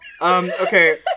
okay